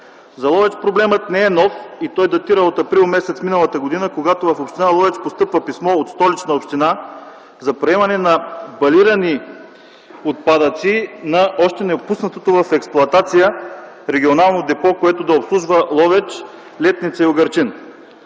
За Ловеч проблемът не е нов. Той датира от м. април миналата година, когато в Община Ловеч постъпва писмо от Столичната община за приемане на балирани отпадъци на още непуснатото в експлоатация регионално депо, което да обслужва Ловеч, Летница и Угърчин.